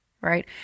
Right